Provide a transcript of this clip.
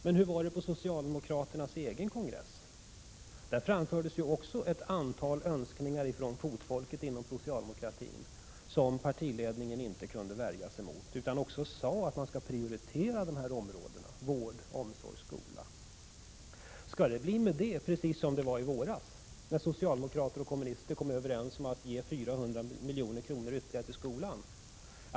Men hur var det på socialdemokraternas egen kongress? Där framfördes också ett antal önskningar från fotfolket inom socialdemokratin, som partiledningen inte kunde värja sig mot, utan man sade att man skall prioritera områdena vård, omsorg och skola. Skall det bli med detta precis som det blev i våras, då socialdemokrater och kommunister kom överens om att ge ytterligare 400 milj.kr. till skolan?